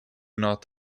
not